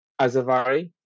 Azavari